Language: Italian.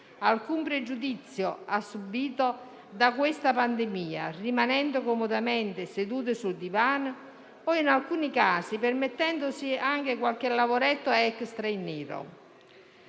alcun pregiudizio da questa pandemia, rimanendo comodamente seduto sul divano, poi in alcuni casi permettendosi anche qualche lavoretto extra in nero.